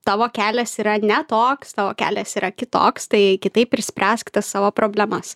tavo kelias yra ne toks tavo kelias yra kitoks tai kitaip išspręsk tas savo problemas